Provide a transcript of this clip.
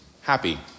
happy